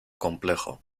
complejo